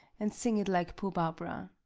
and sing it like poor barbara.